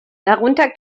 darunter